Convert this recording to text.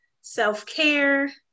self-care